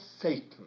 Satan